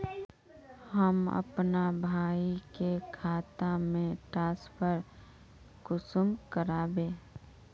हम अपना भाई के खाता में ट्रांसफर कुंसम कारबे?